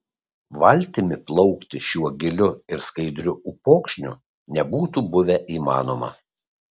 valtimi plaukti šiuo giliu ir skaidriu upokšniu nebūtų buvę įmanoma